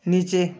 नीचे